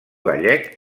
gallec